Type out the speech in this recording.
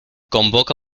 convoca